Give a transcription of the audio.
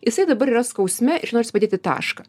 jisai dabar yra skausme ir norisi padėti tašką